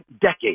decade